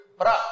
Pra